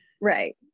Right